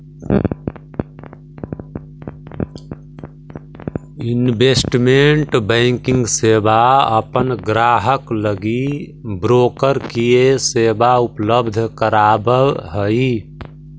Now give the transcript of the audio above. investment banking सेवा अपन ग्राहक लगी ब्रोकर के सेवा उपलब्ध करावऽ हइ